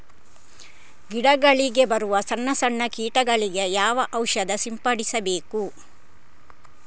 ಗಿಡಗಳಿಗೆ ಬರುವ ಸಣ್ಣ ಸಣ್ಣ ಕೀಟಗಳಿಗೆ ಯಾವ ಔಷಧ ಸಿಂಪಡಿಸಬೇಕು?